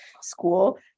school